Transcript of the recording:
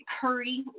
curry